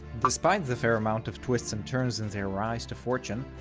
despite the fair amount of twists and turns in their rise to fortune,